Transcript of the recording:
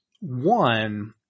One